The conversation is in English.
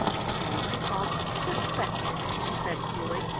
it is going to be called suspected, she said coolly.